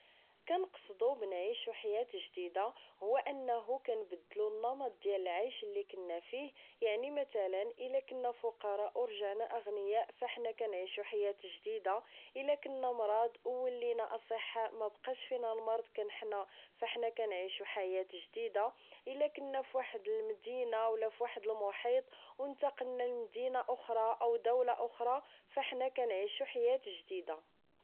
كنقصد بنعيش حياه جديده. هو انه نبدل نمط العيش اللي كنا فيه يعني مثلا اذا كنا فقراء ورجعنا اغنياء فحنا كنعيشو حياه جديده اذا كنا مراض وولينا اصحاء ما بقاش فينا المرض حنا فحنا كنعيشو حياه جديده. اذا كنا فواحد المدينه ولا فواحد المحيط وانتقلنا لمدينه اخرى او دوله اخرى فاحنا كنعيشو حياه جديده